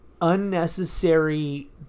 unnecessary